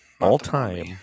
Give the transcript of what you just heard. all-time